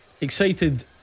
excited